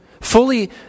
Fully